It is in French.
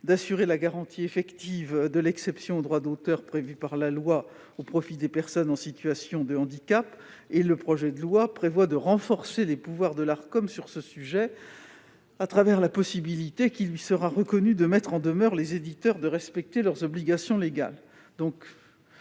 d'assurer la garantie effective de l'exception au droit d'auteur prévue par la loi au profit des personnes en situation de handicap, et le projet de loi prévoit de renforcer les pouvoirs de l'Arcom sur ce sujet à travers la possibilité qui lui sera reconnue de mettre en demeure les éditeurs de respecter leurs obligations légales.